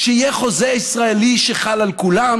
שיהיה חוזה ישראלי שחל על כולם,